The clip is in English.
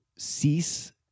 cease